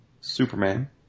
Superman